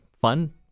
fun